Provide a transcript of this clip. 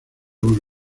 con